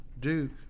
Duke